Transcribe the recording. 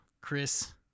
Chris